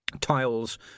Tiles